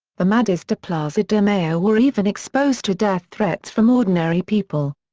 the madres de plaza de mayo were even exposed to death threats from ordinary people.